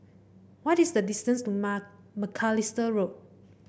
what is the distance to Macalister Road